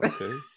okay